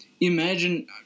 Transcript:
imagine